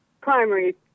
primary